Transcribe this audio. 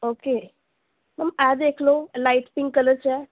okay ma'am ਇਹ ਦੇਖ ਲਉ ਅਲਾਈਟ ਪਿੰਕ ਕਲਰ 'ਚ ਹੈ